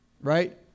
right